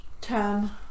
Ten